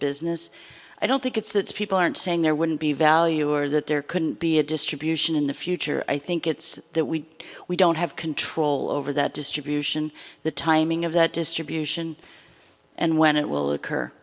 business i don't think it's that people aren't saying there wouldn't be value or that there couldn't be a distribution in the future i think it's that we we don't have control over that distribution the timing of the distribution and when it will occur